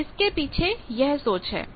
तो इसके पीछे यह सोच है